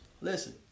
Listen